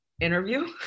interview